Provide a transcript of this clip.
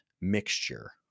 mixture